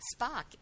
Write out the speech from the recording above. Spock